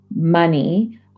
money